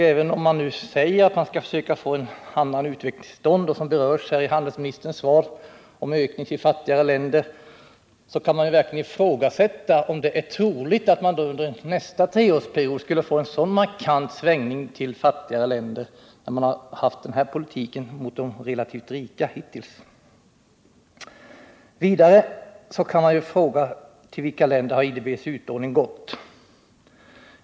Även om man nu säger att man skall försöka få en annan utveckling till stånd — i handelsministerns svar talas det ju om en ökning av utlåningen till de fattigaste länderna — kan det verkligen ifrågasättas, om det är troligt att det under nästa treårsperiod kommer att bli en så markant svängning till de fattigaste ländernas förmån med tanke på den hittills förda politiken i fråga om de rika länderna. Vidare kan man fråga sig till vilka länder IDB:s utlåning har skett.